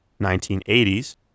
1980s